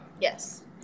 Yes